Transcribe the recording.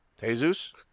Jesus